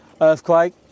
Earthquake